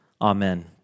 Amen